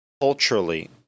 culturally